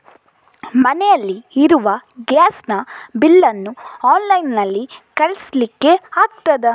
ಮನೆಯಲ್ಲಿ ಇರುವ ಗ್ಯಾಸ್ ನ ಬಿಲ್ ನ್ನು ಆನ್ಲೈನ್ ನಲ್ಲಿ ಕಳಿಸ್ಲಿಕ್ಕೆ ಆಗ್ತದಾ?